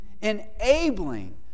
enabling